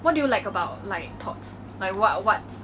about future plans